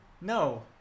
No